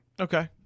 Okay